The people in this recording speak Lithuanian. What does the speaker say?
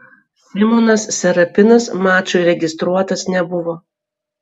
simonas serapinas mačui registruotas nebuvo